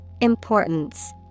Importance